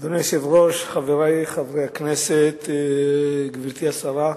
אדוני היושב-ראש, חברי חברי הכנסת, גברתי השרה,